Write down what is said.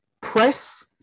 press